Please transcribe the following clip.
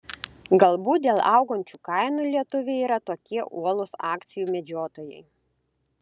galbūt dėl augančių kainų lietuviai yra tokie uolūs akcijų medžiotojai